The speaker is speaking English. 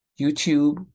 YouTube